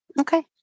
okay